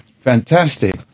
Fantastic